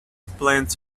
plans